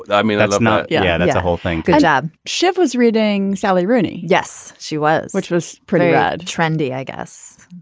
i mean i love it. yeah yeah that's the whole thing good job. shivers reading sally rooney. yes she was which was pretty rad trendy i guess.